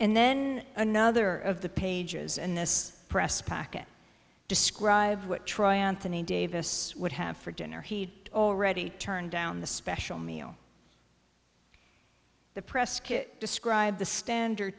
and then another of the pages in this press packet described what troy davis would have for dinner he'd already turned down the special meal the press kit described the standard